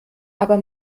aber